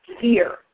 fear